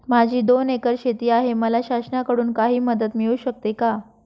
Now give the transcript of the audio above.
माझी दोन एकर शेती आहे, मला शासनाकडून काही मदत मिळू शकते का?